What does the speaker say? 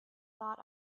thought